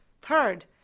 Third